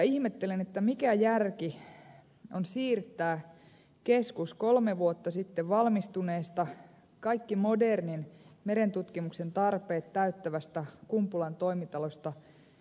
ihmettelen mikä järki on siirtää keskus kolme vuotta sitten valmistuneesta kaikki modernin merentutkimuksen tarpeet täyttävästä kumpulan toimitalosta viikkiin